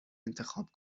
انتخاب